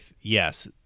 yes